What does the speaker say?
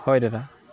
হয় দাদা